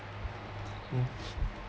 mm